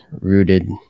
rooted